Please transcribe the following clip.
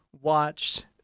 watched